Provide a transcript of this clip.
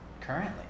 currently